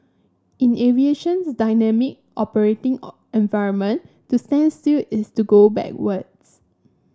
in aviation's dynamic operating environment to stand still is to go backwards